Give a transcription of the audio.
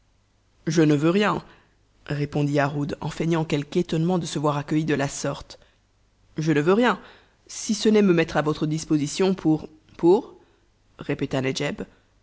je ne veux rien répondit yarhud en feignant quelque étonnement de se voir accueilli de la sorte je ne veux rien si ce n'est me mettre à votre disposition pour pour répéta